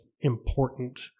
important